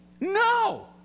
no